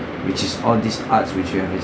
which is all these arts which we have is